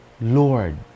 Lord